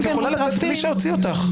את יכולה לצאת בלי שאוציא אותך.